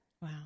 Wow